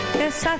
yes